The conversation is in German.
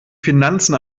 finanzen